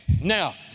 Now